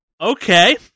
okay